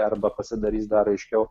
arba pasidarys dar aiškiau